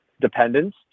dependence